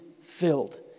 filled